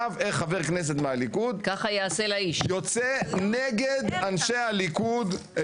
איך חבר כנסת מהליכוד יוצא נגד אנשי הליכוד.